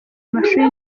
mashuli